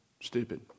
stupid